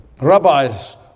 Rabbis